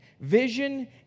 Vision